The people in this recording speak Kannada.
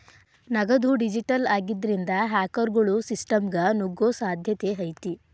ನಗದು ಡಿಜಿಟಲ್ ಆಗಿದ್ರಿಂದ, ಹ್ಯಾಕರ್ಗೊಳು ಸಿಸ್ಟಮ್ಗ ನುಗ್ಗೊ ಸಾಧ್ಯತೆ ಐತಿ